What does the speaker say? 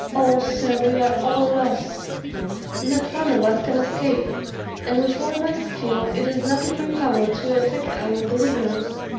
oh, sir, we are all lost not one of us can escape and with all my skill it is not in my power to effect our deliverance.